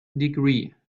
degree